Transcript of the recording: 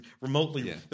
remotely